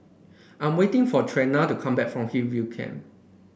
I'm waiting for Trena to come back from Hillview Camp